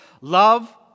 love